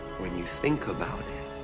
when you think about it.